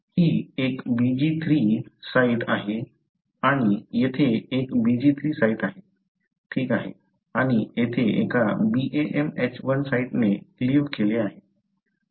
ही एक BglII site आहे आणि येथे एक BglII साइट आहे ठीक आहे आणि येथे एका BamHI साइटने क्लीव्ह केले आहे